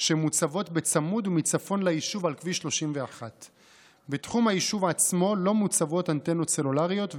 שמוצבות צמוד ומצפון ליישוב על כביש 31. בתחום היישוב עצמו לא מוצבות אנטנות סלולריות,